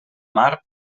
mar